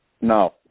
No